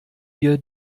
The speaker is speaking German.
wir